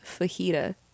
fajita